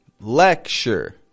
Lecture